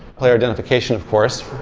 player identification, of course,